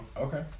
Okay